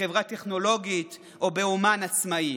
בחברה טכנולוגית או באומן עצמאי.